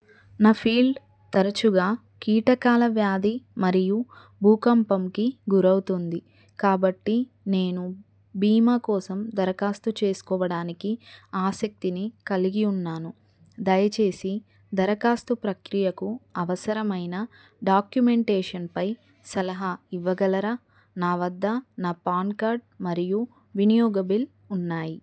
నా ఫీల్డ్ తరచుగా కీటకాల వ్యాధి మరియు భూకంపంకి గురవుతుంది కాబట్టి నేను బీమా కోసం దరఖాస్తు చేసుకోవడానికి ఆశక్తిని కలిగి ఉన్నాను దయచేసి దరఖాస్తు ప్రక్రియకు అవసరమైన డాక్యుమెంటేషన్పై సలహా ఇవ్వగలరా నా వద్ద నా పాన్ కార్డ్ మరియు వినియోగ బిల్ ఉన్నాయి